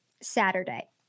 Saturday